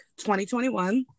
2021